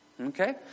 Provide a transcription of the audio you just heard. Okay